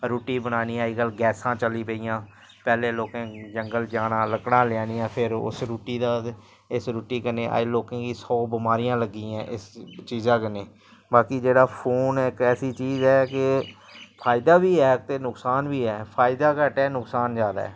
रुट्टी बनानी अजकल्ल गैसां चली पेइयां पैह्लें लोकें जंगल जाना लक्कड़ां लेई आनियां फिर उस रुट्टी दा इस रुट्टी कन्नै अज्ज लोकें गी सौ बमारियां लग्गी गेइयां इस चीजा कन्नै बाकी जेह्ड़ा फोन इक ऐसी चीज ऐ कि फायदा बी ऐ ते नुकसान बी ऐ फायदा घट्ट ऐ ते नुकसान जैदा ऐ